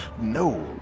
no